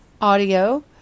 audio